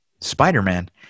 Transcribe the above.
Spider-Man